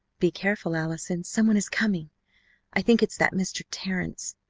be careful, allison, some one is coming i think it's that mr. terrence.